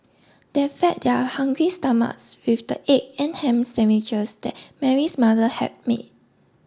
they fed their hungry stomachs with the egg and ham sandwiches that Mary's mother had made